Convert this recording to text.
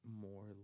more